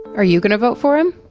are you gonna vote for him?